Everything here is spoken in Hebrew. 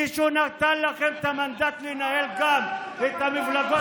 מישהו נתן לכם את המנדט לנהל כאן את המפלגות באופוזיציה?